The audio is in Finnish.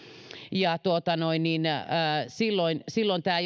silloin silloin tämä